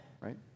right